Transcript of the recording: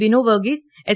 Binu Varghese S